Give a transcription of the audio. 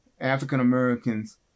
african-americans